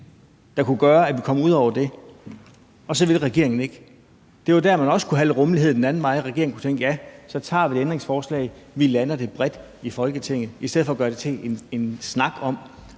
der kunne gøre, at vi kom ud over det problem, og så vil regeringen ikke støtte det. Det var jo der, man også kunne have lidt rummelighed den anden vej rundt, og hvor regeringen kunne støtte det ændringsforslag, så vi landede det bredt i Folketinget, i stedet for at gøre det til en snak om,